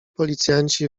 policjanci